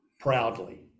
proudly